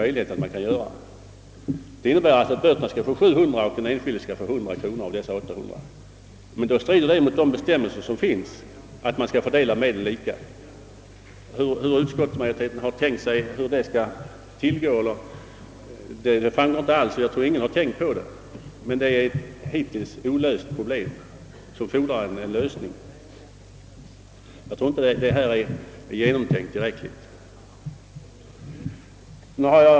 Reglerna innebär förbud mot överlåtelse av sådan fordran samt vissa begränsningar av rätten att erhålla utmätning därav.